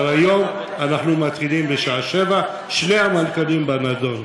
אבל היום אנחנו מתחילים בשעה 19:00. שני המנכ"לים בנדון,